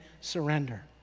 surrender